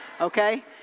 Okay